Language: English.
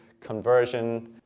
Conversion